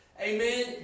amen